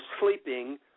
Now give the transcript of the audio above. sleeping